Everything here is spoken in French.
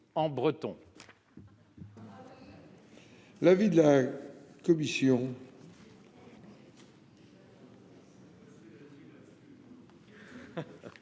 en breton.